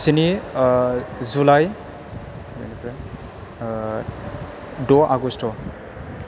स्नि जुलाइ द' आगस्त